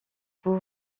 pour